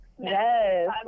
Yes